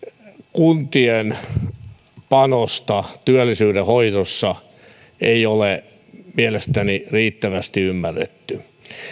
kuntien panosta työllisyydenhoidossa ei ole mielestäni riittävästi ymmärretty